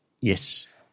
Yes